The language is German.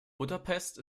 budapest